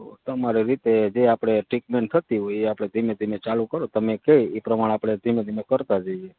તમારી રીતે જે આપણે ટ્રીટમેન્ટ થતી હોય એ આપણે ધીમે ધીમે ચાલું કરો તમે કહો એ પ્રમાણે આપણે ધીમે ધીમે કરતા જઇએ